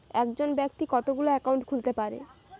একজন ব্যাক্তি কতগুলো অ্যাকাউন্ট খুলতে পারে?